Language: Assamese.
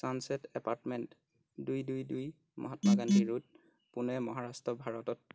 ছানছেট এপাৰ্টমেণ্ট দুই দুই দুই মহাত্মা গান্ধী ৰোড পুনে মহাৰাষ্ট্ৰ ভাৰতত